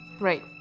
right